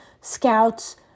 scouts